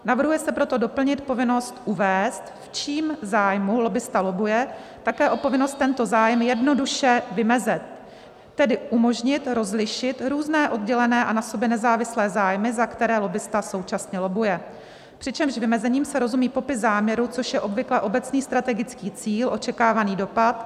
Navrhuje se proto doplnit povinnost uvést, v čím zájmu lobbista lobbuje, také o povinnost tento zájem jednoduše vymezit, tedy umožnit rozlišit různé oddělené a na sobě nezávislé zájmy, za které lobbista současně lobbuje, přičemž vymezením se rozumí popis záměru, což je obvykle obecný strategický cíl, očekávaný dopad.